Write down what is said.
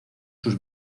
sus